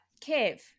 Kev